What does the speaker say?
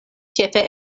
ĉefe